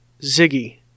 Ziggy